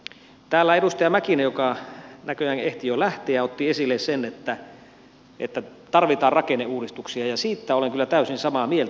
täällä edustaja mäkinen joka näköjään ehti jo lähteä otti esille sen että tarvitaan rakenneuudistuksia ja siitä olen kyllä täysin samaa mieltä